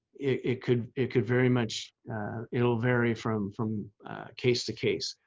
it could it could very much it will vary from from case to case,